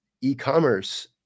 e-commerce